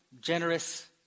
generous